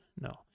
No